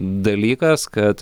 dalykas kad